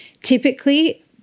typically